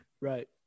right